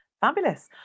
fabulous